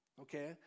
okay